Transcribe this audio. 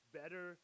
better